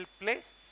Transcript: place